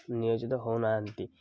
ନିୟୋଜିତ ହଉନାହାନ୍ତି